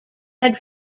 had